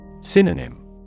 Synonym